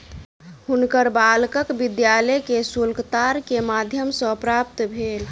हुनकर बालकक विद्यालय के शुल्क तार के माध्यम सॅ प्राप्त भेल